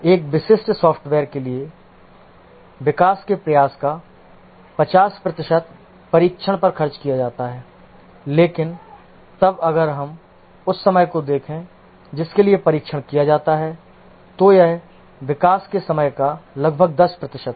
एक विशिष्ट सॉफ्टवेयर के लिए विकास के प्रयास का 50 प्रतिशत परीक्षण पर खर्च किया जाता है लेकिन तब अगर हम उस समय को देखें जिसके लिए परीक्षण किया जाता है तो यह विकास के समय का लगभग 10 प्रतिशत है